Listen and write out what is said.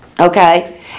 Okay